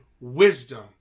wisdom